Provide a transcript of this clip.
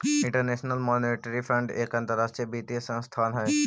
international Monetary Fund एक अंतरराष्ट्रीय वित्तीय संस्थान हई